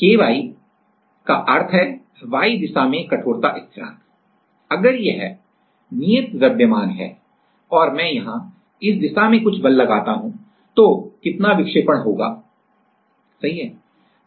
Ky का अर्थ है y दिशा में कठोरता स्थिरांक अगर यह नियत द्रव्यमान प्रूफ मास proof mass है और मैं यहां इस दिशा में कुछ बल लगाता हूं तो कितना विक्षेपण होगा सही है